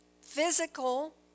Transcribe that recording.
physical